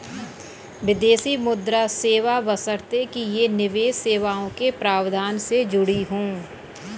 विदेशी मुद्रा सेवा बशर्ते कि ये निवेश सेवाओं के प्रावधान से जुड़ी हों